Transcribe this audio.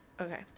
Okay